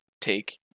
take